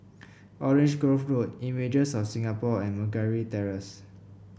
Orange Grove Road Images of Singapore and Terrace